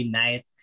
night